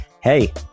Hey